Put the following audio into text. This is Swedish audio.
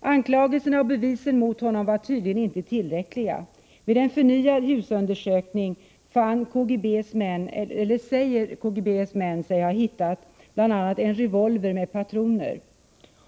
Anklagelserna och bevisen mot honom var tydligen inte tillräckliga. Vid en förnyad husundersökning säger sig KGB:s män ha hittat bl.a. en revolver med patroner.